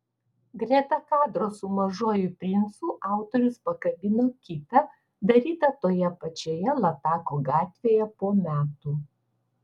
greta kadro su mažuoju princu autorius pakabino kitą darytą toje pačioje latako gatvėje po metų